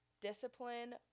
Discipline